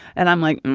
and i'm like,